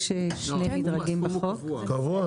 לא, זה סכום קבוע.